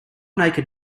naked